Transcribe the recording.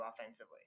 offensively